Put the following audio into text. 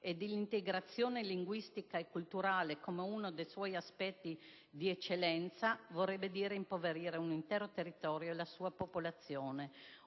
e dell'integrazione linguistica e culturale come uno dei suoi aspetti di eccellenza, vorrebbe dire impoverire un intero territorio e la sua popolazione.